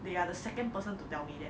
they are the second person to tell me that